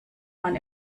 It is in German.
man